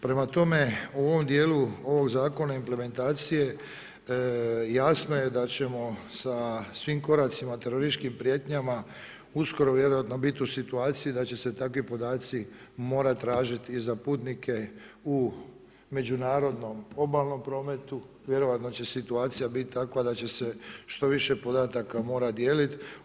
Prema tome, u ovom dijelu ovog zakona implementacije jasno je da ćemo sa svim koracima, terorističkim prijetnjama uskoro vjerojatno biti u situaciji da će se takvi podaci morati tražiti i za putnike u međunarodnom obalnom prometu, vjerojatno će situacija biti takva da će se što više podataka morati dijeliti.